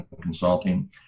Consulting